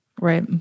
Right